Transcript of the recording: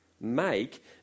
Make